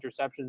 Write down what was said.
interceptions